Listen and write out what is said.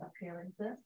appearances